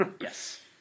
yes